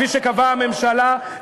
כפי שקבעה הממשלה,